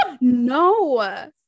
No